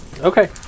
Okay